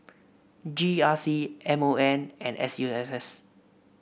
G R C M O M and S U S S